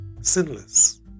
sinless